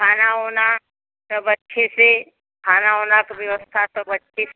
खाना ऊना सब अच्छे से खाने ऊने की व्यवस्था सब अच्छे से